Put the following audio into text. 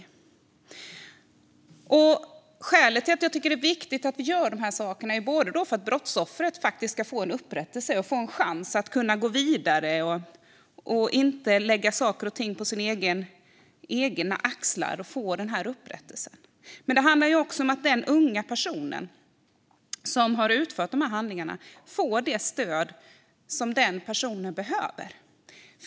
Jag tycker att det är viktigt att vi gör dessa saker dels för att brottsoffret ska få upprättelse och ha en chans att gå vidare och inte lägga saker och ting på sina egna axlar, dels för att de unga personer som har begått dessa brott ska få det stöd som de behöver.